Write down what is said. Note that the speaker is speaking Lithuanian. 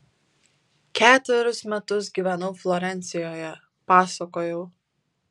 ketverius metus gyvenau florencijoje pasakojau